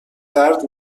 درد